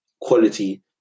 quality